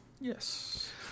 Yes